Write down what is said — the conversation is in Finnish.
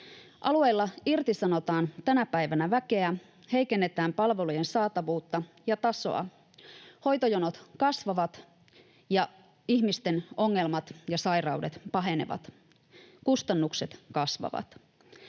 Alueilla irtisanotaan tänä päivänä väkeä ja heikennetään palvelujen saatavuutta ja tasoa. Hoitojonot kasvavat, ja ihmisten ongelmat ja sairaudet pahenevat. Kustannukset kasvavat.